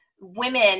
women